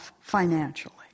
financially